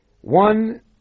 one